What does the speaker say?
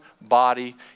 body